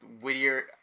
Whittier